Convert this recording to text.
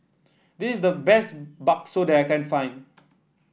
this the best bakso that I can find